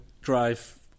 drive